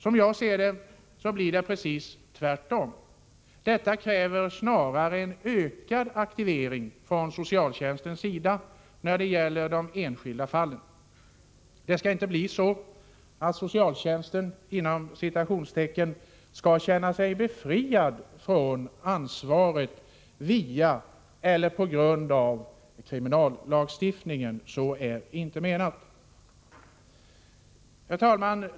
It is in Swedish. Som jag ser det blir det precis tvärtom — detta kräver snarare ännu mera ökad aktivering från socialtjänstens sida när det gäller de enskilda fallen. Det skall inte bli så att ”socialtjänsten” skall känna sig befriad från ansvar via, eller på grund av, kriminalvårdslagstiftningen. Så är det inte menat. Herr talman!